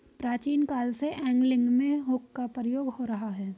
प्राचीन काल से एंगलिंग में हुक का प्रयोग हो रहा है